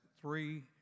three